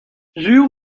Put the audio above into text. sur